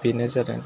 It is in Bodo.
बेनो जादों